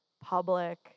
public